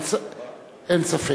אין ספק.